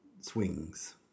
swings